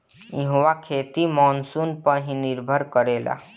इहवा खेती मानसून पअ ही निर्भर करेला